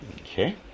Okay